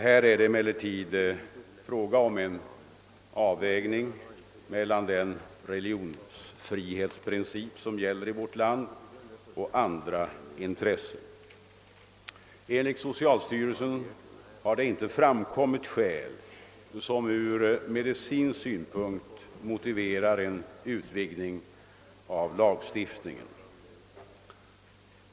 Här är det emellertid fråga om en avvägning mellan den religionsfrihetsprincip som gäller i vårt land och andra intressen. Enligt socialstyrelsen har det inte framkommit någonting som ur medicinsk synpunkt motiverar en utvidgning av lagstiftningen.